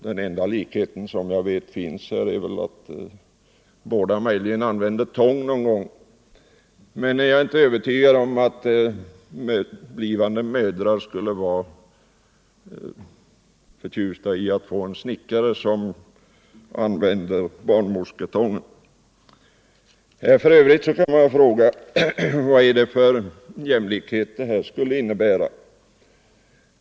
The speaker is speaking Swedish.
Den enda likhet som jag vet finns är att båda möjligen använder tång någon gång. Men jag är inte övertygad om att blivande mödrar skulle vara förtjusta i att en snickare använde barnmorsketången. För övrigt kan man fråga: Vad är det för jämlikhet som det här skulle innebära?